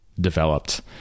Developed